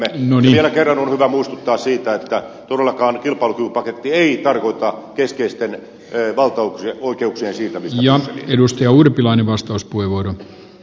ja vielä kerran on hyvä muistuttaa siitä että todellakaan kilpailukykypaketti ei tarkoita keskeisten rr valtauksia oikeuksia sillä jo valtaoikeuksien siirtämistä brysseliin